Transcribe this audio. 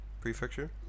prefecture